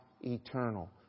eternal